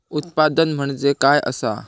उत्पादन म्हणजे काय असा?